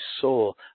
soul